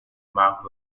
marked